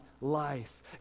life